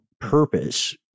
purpose